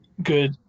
Good